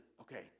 okay